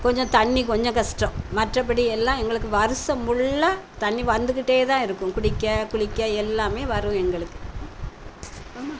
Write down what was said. கொஞ்சம் தண்ணி கொஞ்சம் கஷ்டம் மற்றபடி எல்லாம் எங்களுக்கு வருஷம் ஃபுல்லாக தண்ணி வந்துக்கிட்டேதான் இருக்கும் குடிக்க குளிக்க எல்லாமே வரும் எங்களுக்கு போதுமா